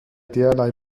derlei